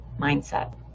mindset